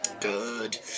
Good